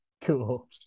Cool